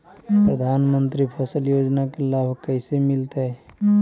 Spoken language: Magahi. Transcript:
प्रधानमंत्री फसल योजना के लाभ कैसे मिलतै?